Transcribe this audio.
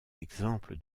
exemple